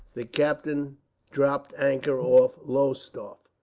the captain dropped anchor off lowestoft.